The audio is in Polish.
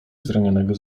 zranionego